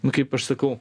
nu kaip aš sakau